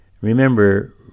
remember